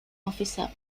އޮފިސަރ